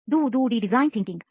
duh duh de design thinking